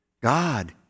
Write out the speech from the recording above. God